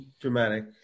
dramatic